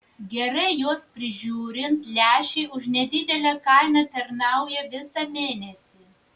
gerai juos prižiūrint lęšiai už nedidelę kainą tarnauja visą mėnesį